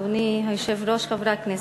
אדוני היושב-ראש, חברי הכנסת,